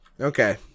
Okay